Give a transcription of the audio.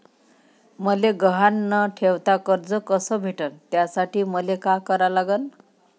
मले गहान न ठेवता कर्ज कस भेटन त्यासाठी मले का करा लागन?